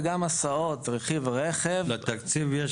וגם הסעות רכיב רכב --- לתקציב יש